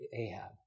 Ahab